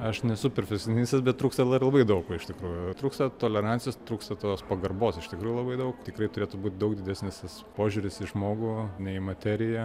aš nesu perfekcionistas bet trūksta labai labai daug iš tikrųjų trūksta tolerancijos trūksta tos pagarbos iš tikrųjų labai daug tikrai turėtų būt daug didesnis tas požiūris į žmogų ne į materiją